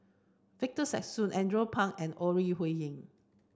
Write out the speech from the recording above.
Victor Sassoon Andrew Phang and Ore Huiying